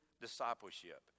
discipleship